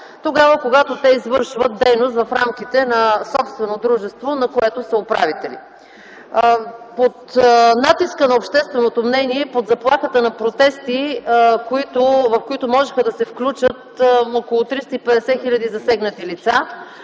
тогава, когато те извършват дейност в рамките на собствено дружество, на което са управители. Под натиска на общественото мнение, под заплахата от протести, в които можеха да се включат около 350 хил. засегнати лица,